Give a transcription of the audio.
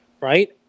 right